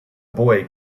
boy